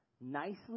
nicely